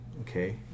okay